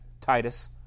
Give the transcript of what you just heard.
Titus